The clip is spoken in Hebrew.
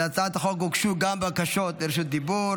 להצעת החוק הוגשו גם בקשות רשות דיבור.